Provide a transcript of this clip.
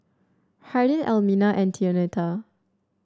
Hardin Elmina and Antonetta